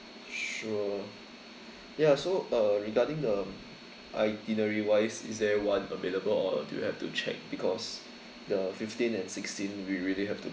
sure ya so uh regarding the itinerary wise is there one available or do you have to check because the fifteen and sixteen we really have to